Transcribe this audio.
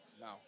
No